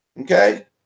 Okay